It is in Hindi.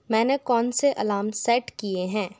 मैंने कौन से अलार्म सेट किए हैं